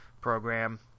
program